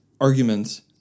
arguments